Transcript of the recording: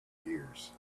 gears